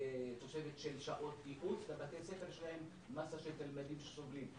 תוספת של שעות ייעוץ בבתי הספר שיש להם מסה של ילדים שסובלים.